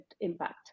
impact